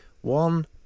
one